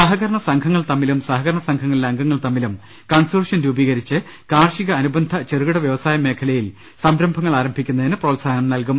സഹകരണ സംഘങ്ങൾ തമ്മിലും സഹകരണ സംഘങ്ങളിലെ അംഗങ്ങൾ തമ്മിലും കൺസോർഷ്യം രൂപീകരിച്ച് കാർഷിക അനുബന്ധ ചെറുകിട വ്യവസായ മേഖലയിൽ സംരംഭങ്ങൾ ആരംഭിക്കുന്ന തിന് പ്രോത്സാഹനം നൽകും